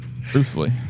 Truthfully